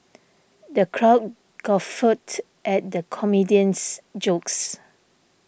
the crowd guffawed at the comedian's jokes